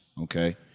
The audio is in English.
Okay